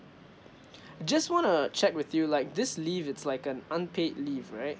just wanna check with you like this leave is like an unpaid leave right